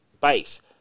base